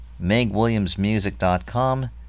MegWilliamsMusic.com